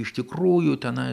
iš tikrųjų tenai